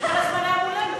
הוא כל הזמן היה מולנו.